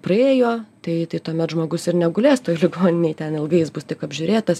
praėjo tai tai tuomet žmogus ir negulės toj ligoninėj ten ilgai jis bus tik apžiūrėtas